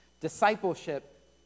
discipleship